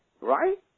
right